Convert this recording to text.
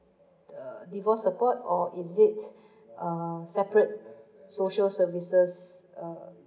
uh divorce support or is it uh separate social services uh